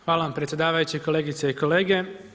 Hvala vam predsjedavajući, kolegice i kolege.